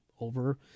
Over